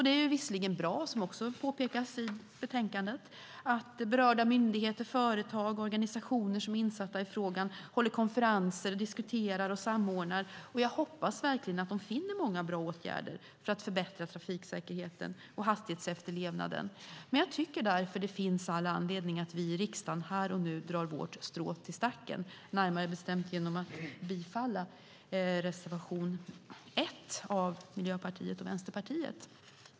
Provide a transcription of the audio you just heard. Det är visserligen bra, vilket också påpekas i betänkandet, att berörda myndigheter, företag och organisationer som är insatta i frågan håller konferenser, diskuterar och samordnar, och jag hoppas verkligen att de finner många bra åtgärder för att förbättra trafiksäkerheten och hastighetsefterlevnaden. Jag tycker därför att det finns all anledning att vi i riksdagen här och nu drar vårt strå till stacken, närmare bestämt genom att bifalla reservation 1 av Miljöpartiet och Vänsterpartiet.